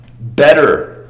better